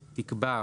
תקבע,